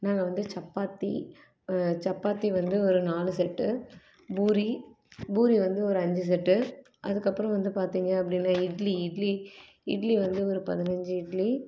நாங்கள் வந்து சப்பாத்தி சப்பாத்தி வந்து ஒரு நாலு செட்டு பூரி பூரி வந்து ஒரு அஞ்சு செட்டு அதுக்கப்புறம் வந்து பார்த்தீங்க அப்படின்னா இட்லி இட்லி இட்லி வந்து ஒரு பதினஞ்சு இட்லி